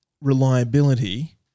reliability